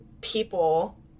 people